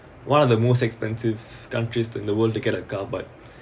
one of the most expensive countries in the world to get a car but